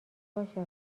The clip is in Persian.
باشه